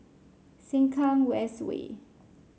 Sengkang West Way